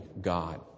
God